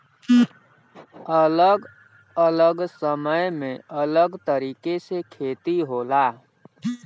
अलग अलग समय में अलग तरीके से खेती होला